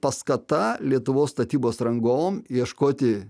paskata lietuvos statybos rangovam ieškoti